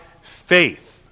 faith